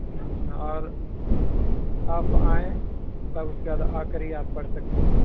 اور آپ آئیں اور اس کے بعد آکر ہی آپ پڑھ سکتے ہیں